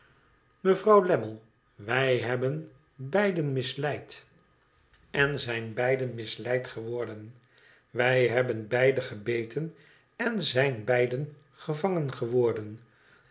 mevrouw lammie wij hebben beiden misleid en zijn beiden misleid geworden wij hebben beiden gebeten en zijn beiden gevangen geworden